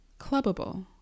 clubbable